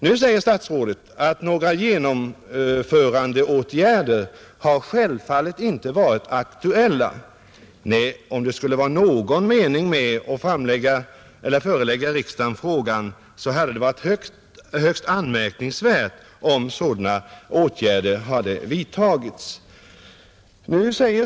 Nu säger statsrådet: ”Några genomförandeåtgärder har självfallet inte varit aktuella ———.” Nej, om det skulle vara någon mening med att förelägga riksdagen frågan, hade det varit högst anmärkningsvärt om sådana åtgärder hade vidtagits.